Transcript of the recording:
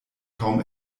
kaum